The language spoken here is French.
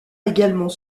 également